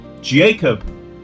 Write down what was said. Jacob